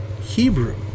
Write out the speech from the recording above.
Hebrew